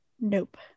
nope